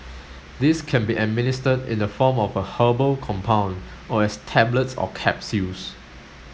these can be administered in the form of a herbal compound or as tablets or capsules